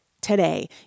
today